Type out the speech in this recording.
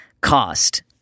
Cost